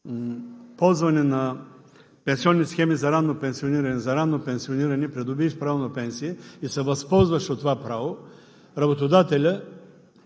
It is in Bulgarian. ползване на пенсионни схеми за ранно пенсиониране придобиеш право на пенсия и се възползваш от това право, работодателят